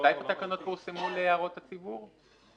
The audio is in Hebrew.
מתי התקנות פורסמו להערות הציבור?